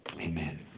amen